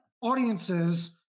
audiences